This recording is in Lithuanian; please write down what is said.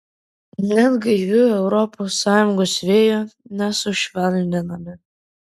net gaivių europos sąjungos vėjų nesušvelninami